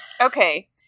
Okay